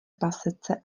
pasece